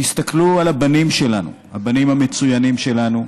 תסתכלו על הבנים שלנו, הבנים המצוינים שלנו,